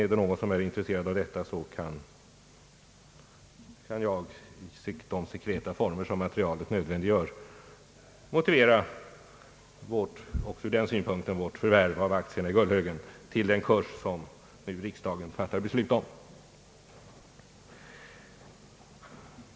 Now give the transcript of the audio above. Men om någon är intresserad av detta kan jag, i de sekreta former som materialet nödvändiggör, även ur den synpunkten motivera vårt förvärv av aktier i Gullhögen till den kurs som nu riksdagen fattar beslut om.